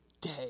day